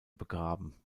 begraben